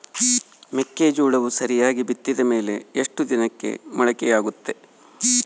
ಮೆಕ್ಕೆಜೋಳವು ಸರಿಯಾಗಿ ಬಿತ್ತಿದ ಮೇಲೆ ಎಷ್ಟು ದಿನಕ್ಕೆ ಮೊಳಕೆಯಾಗುತ್ತೆ?